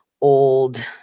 old